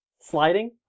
sliding